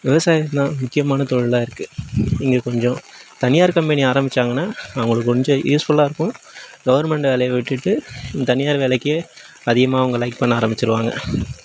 விவசாயம் தான் முக்கியமான தொழிலாக இருக்கு இங்கே கொஞ்சம் தனியார் கம்பேனி ஆரமிச்சாங்கன்னா அவங்களுக்கு கொஞ்சம் யூஸ்ஃபுல்லாக இருக்கும் கவுர்மெண்ட் வேலையை விட்டுவிட்டு தனியார் வேலைக்கே அதிகமாக அவங்க லைக் பண்ண ஆரமிச்சுருவாங்க